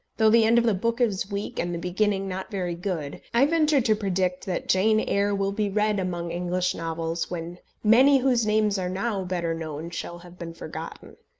though the end of the book is weak, and the beginning not very good, i venture to predict that jane eyre will be read among english novels when many whose names are now better known shall have been forgotten.